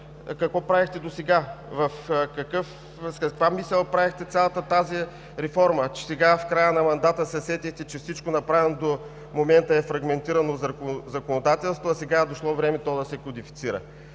какво правихте досега? С каква мисъл правихте цялата тази реформа, че сега, в края на мандата, се сетихте, че всичко, направено до момента, е фрагментирано законодателство, а сега е дошло време то да се кодифицира?